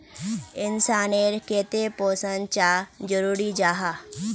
इंसान नेर केते पोषण चाँ जरूरी जाहा?